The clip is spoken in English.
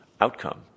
outcome